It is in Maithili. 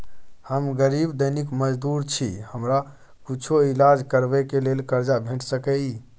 हम गरीब दैनिक मजदूर छी, हमरा कुछो ईलाज करबै के लेल कर्जा भेट सकै इ?